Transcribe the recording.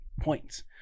points